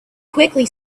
quickly